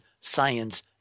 science